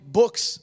books